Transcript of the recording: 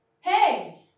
Hey